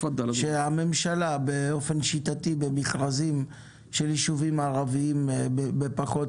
שהממשלה באופן שיטתי במכרזים של ישובים ערבים בפחות